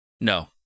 No